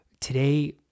today